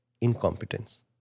incompetence